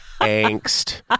angst